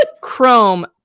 Chrome